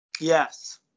Yes